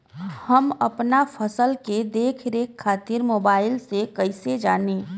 हम अपना फसल के देख रेख खातिर मोबाइल से कइसे जानी?